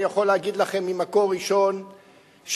אני יכול להגיד לכם ממקור ראשון שהאשמה